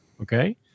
Okay